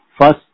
first